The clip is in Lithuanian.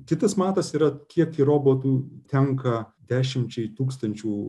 kitas matas yra kiek robotų tenka dešimčiai tūkstančių